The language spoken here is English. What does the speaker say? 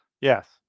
yes